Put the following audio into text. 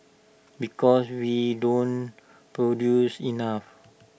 because we don't produce enough